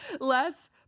less